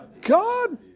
God